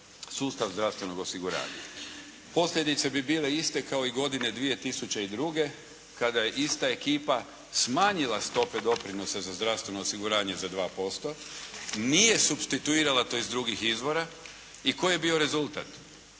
sustav zdravstvenog osiguranja. Posljedice bi bile iste kao i godine 2002. kad je ista ekipa smanjila stope doprinosa za zdravstveno osiguranje za 2%, nije supstituirala to iz drugih izvora i koji je bio rezultat.